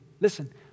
Listen